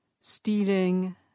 stealing